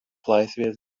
laisvės